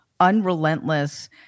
unrelentless